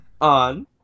On